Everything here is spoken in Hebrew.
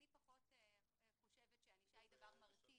אני פחות חושבת שענישה היא דבר מרתיע.